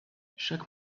chaque